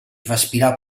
respirar